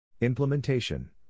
Implementation